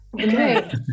Okay